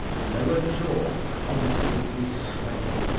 lower jaw constantly swelling,